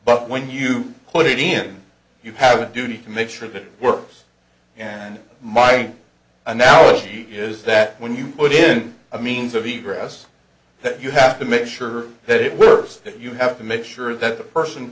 but when you put it in you have a duty to make sure it works and my analogy is that when you put in a means of the grass that you have to make sure that it works that you have to make sure that the person